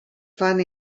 fan